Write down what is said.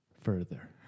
further